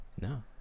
no